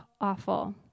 awful